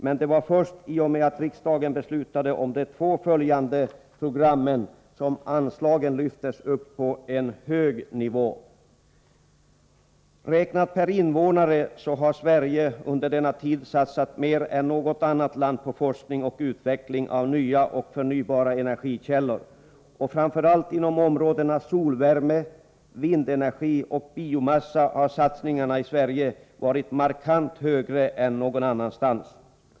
Men det var först i och med att riksdagen beslutade om de två följande programmen som anslagen lyftes upp på en hög nivå. Räknat per invånare har Sverige under denna tid satsat mer än något annat land på forskning och utveckling beträffande nya och förnybara energikällor. Framför allt inom områdena solvärme, vindenergi och biomassa har satsningarna i Sverige varit markant högre än någon annanstans.